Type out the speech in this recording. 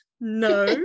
no